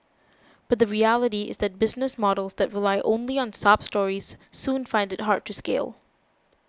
but the reality is that business models that only rely on sob stories soon find it hard to scale